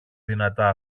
δυνατά